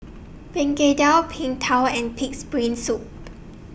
Begedil Png Tao and Pig'S Brain Soup